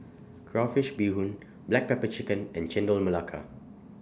Crayfish Beehoon Black Pepper Chicken and Chendol Melaka